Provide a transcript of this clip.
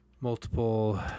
multiple